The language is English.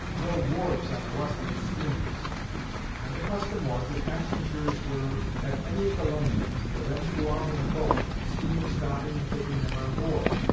no wharves on the western streams and the custom was, if passengers were at any of the landings, for them to go out in a boat, the steamer stopping and taking them on board.